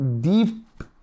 deep